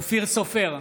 אופיר סופר,